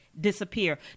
disappear